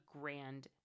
grand